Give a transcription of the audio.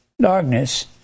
darkness